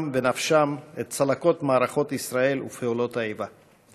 ובנפשם את צלקות מערכות ישראל ופעולות האיבה.